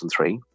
2003